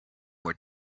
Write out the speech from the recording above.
were